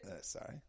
Sorry